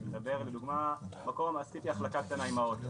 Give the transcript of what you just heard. אני מדבר לדוגמה מקום שעשיתי החלקה קטנה עם האוטו,